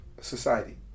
society